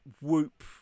whoop